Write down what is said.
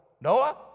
Noah